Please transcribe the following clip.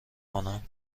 کنم